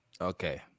okay